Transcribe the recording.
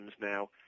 now